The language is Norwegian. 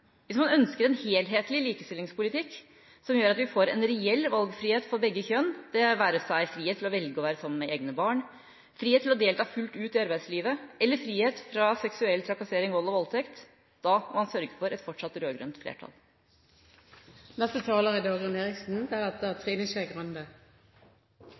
Hvis man ønsker en helhetlig likestillingspolitikk som gjør at vi får en reell valgfrihet for begge kjønn – det være seg frihet til å velge å være sammen med egne barn, frihet til å delta fullt ut i arbeidslivet eller frihet fra seksuell trakassering, vold og voldtekt – da må man sørge for et fortsatt